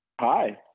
Hi